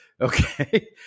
Okay